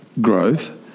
growth